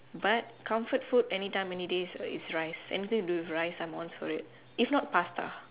but comfort food anytime any days is rice anything with do with rice I am on for it if not pasta